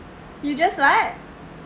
you just what